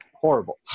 horrible